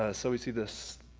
ah so we see this,